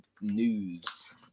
news